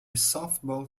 softball